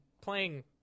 playing